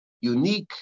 unique